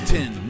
Ten